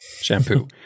shampoo